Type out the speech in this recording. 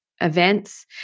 events